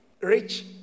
rich